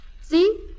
See